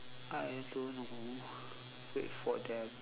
I don't know wait for them